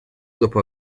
dopo